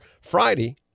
Friday